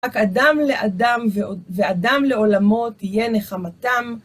רק אדם לאדם ואדם לעולמו תהיה נחמתם.